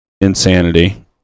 insanity